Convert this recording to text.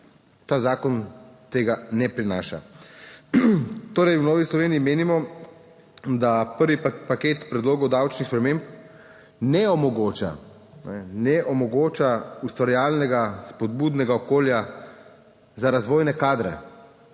ta zakon tega ne prinaša. Torej, v Novi Sloveniji menimo, da prvi paket predlogov davčnih sprememb ne omogoča, ne omogoča ustvarjalnega, spodbudnega okolja. Za razvojne kadre